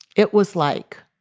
it was like,